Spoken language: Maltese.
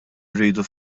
rridu